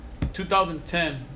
2010